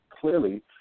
clearly –